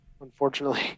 Unfortunately